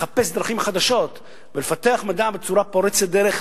לחפש דרכים חדשות ולפתח מדע בצורה פורצת דרך